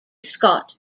scott